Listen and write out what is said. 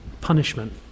punishment